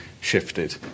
shifted